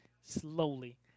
slowly